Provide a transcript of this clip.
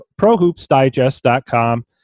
ProHoopsDigest.com